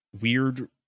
weird